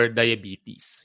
diabetes